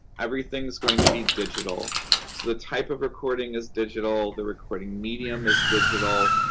everything's going to be digital, so the type of recording is digital. the recording medium is digital.